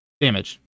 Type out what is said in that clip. Damage